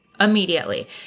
immediately